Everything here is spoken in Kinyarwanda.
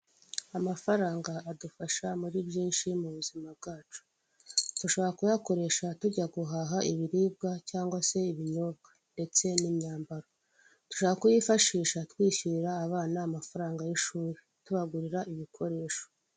Amafaranga adufasha muri byinshi mu buzima bwacu, dushobora kuyakoresha tujya guhaha ibiribwa cyangwa se ibinyobwa ndetse n'imyambaro, tushobora kuyifashisha twishyurira abana amafaranga y'ishuri, tubagurira ibikoresho.